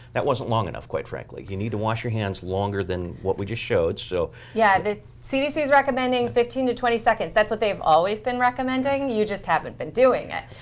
that wasn't long enough, quite frankly. you need to wash your hands longer than what we just showed, so. yeah. the cdc is recommending fifteen to twenty seconds. that's what they've always been recommending. you just haven't been doing it.